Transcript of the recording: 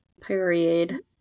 Period